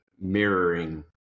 mirroring